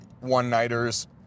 one-nighters